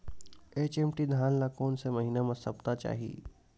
HMT धान ल कोन से महिना म सप्ता चाही?